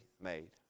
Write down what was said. made